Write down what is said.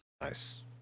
Nice